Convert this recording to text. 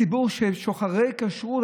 ציבור של שוחרי כשרות.